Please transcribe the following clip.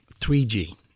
3G